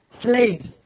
slaves